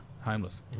homeless